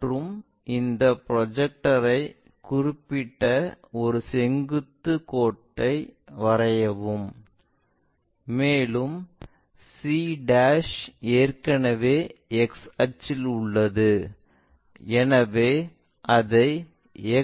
மற்றும் இந்த ப்ரொஜெக்டரைக் குறிப்பிட்ட ஒரு செங்குத்து கோட்டை வரையவும் மேலும் c ஏற்கனவே x அச்சில் உள்ளது எனவே அதை